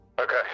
Okay